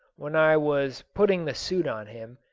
when i was putting the suit on him,